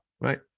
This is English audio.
right